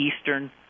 Eastern